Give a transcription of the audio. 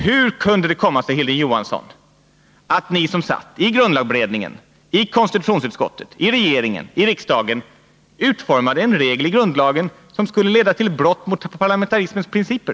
Hur kunde det komma sig, Hilding Johansson, att ni som satt i grundlagberedningen, i regeringen, i konstitutionsutskottet, i riksdagen utformade en regel i grundlagen som skulle kunna leda till brott mot parlamentarismens principer?